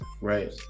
Right